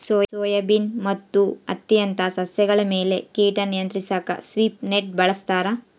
soybean ಮತ್ತು ಹತ್ತಿಯಂತ ಸಸ್ಯಗಳ ಮೇಲೆ ಕೀಟ ನಿಯಂತ್ರಿಸಾಕ ಸ್ವೀಪ್ ನೆಟ್ ಬಳಸ್ತಾರ